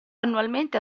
annualmente